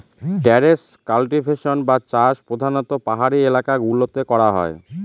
terrace cultivation বা চাষ প্রধানত পাহাড়ি এলাকা গুলোতে করা হয়